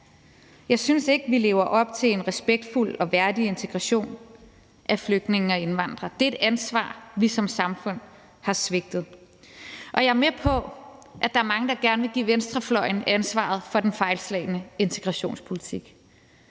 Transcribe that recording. Jeg synes ikke, at vi lever op til en respektfuld og værdig integration af flygtninge og indvandrere, og det er et ansvar, vi som samfund har svigtet. Jeg er med på, at der er mange, der gerne vil give venstrefløjen ansvaret for den fejlslagne integrationspolitik,